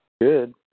Good